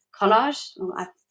collage